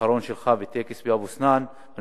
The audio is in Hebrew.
האחרון שלך באבו-סנאן, בטקס.